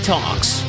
Talks